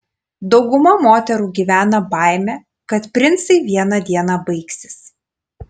dauguma moterų gyvena baime kad princai vieną dieną baigsis